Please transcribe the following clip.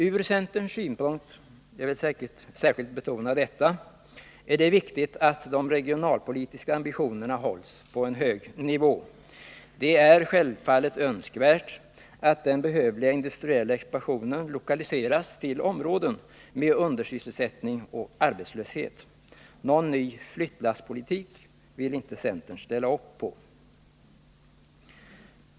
Från centerns synpunkt sett — och jag vill särskilt framhålla det — är det viktigt att de regionalpolitiska ambitionerna hålls på en hög nivå. Det är självfallet önskvärt att den behövliga industriella expansionen lokaliseras till områden med undersysselsättning och arbetslöshet. Någon ny flyttlasspolitik vill centern inte ställa upp på.